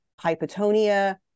hypotonia